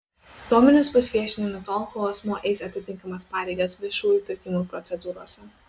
duomenys bus viešinami tol kol asmuo eis atitinkamas pareigas viešųjų pirkimų procedūrose